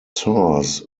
source